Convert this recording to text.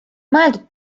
mõeldud